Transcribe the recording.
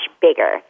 bigger